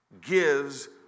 gives